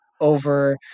over